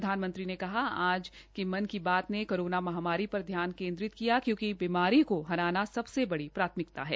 प्रधानमंत्री ने कहा आज की मन की बात ने कोरोना महामारी पर ध्यान केन्द्रित किया क्योकि बीमारी को हराना सबसे बड़ी प्राथमिकता है